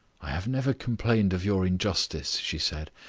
i have never complained of your injustice, she said.